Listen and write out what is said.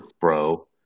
bro